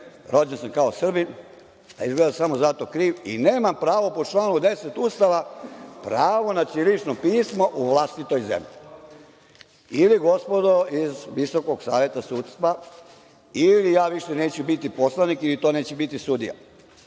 rođen sam kao Srbin, a izgleda sam samo zato kriv i nemam pravo po članu 10. Ustava pravo na ćirilično pismo u vlastitoj zemlji. Vi gospodo iz Visokog saveta sudstva, ili ja neću više biti poslanik ili to neće biti sudija.